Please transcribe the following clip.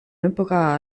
epoca